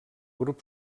grup